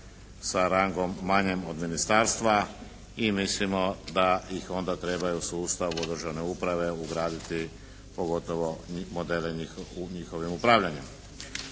sa rangom manjim od ministarstva i mislimo da ih onda treba i u sustavu državne uprave ugraditi, pogotovo modele njihovim upravljanjem.